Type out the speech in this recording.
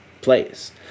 place